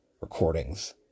recordings